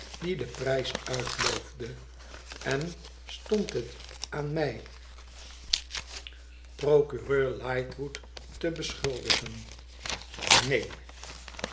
die den prijs uitloofde en stond het aan mij procureur lightwood te beschuldigen neen